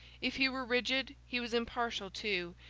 if he were rigid, he was impartial too,